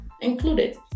included